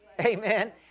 Amen